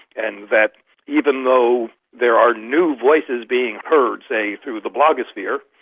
and that even though there are new voices being heard, say, through the blogosphere,